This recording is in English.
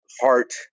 heart